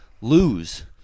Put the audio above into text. lose